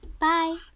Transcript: bye